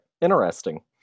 Interesting